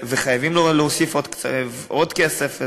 וחייבים להוסיף עוד כסף לזה.